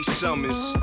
summers